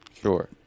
Sure